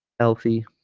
healthy